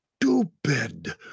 stupid